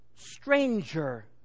Stranger